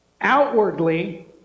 outwardly